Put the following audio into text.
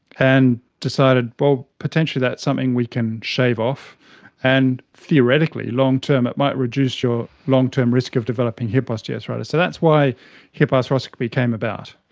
and decided potentially that's something we can shave off and theoretically long-term it might reduce your long-term risk of developing hip osteoarthritis. so that's why hip arthroscopy came about.